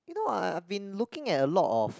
you know ah I've been looking at a lot of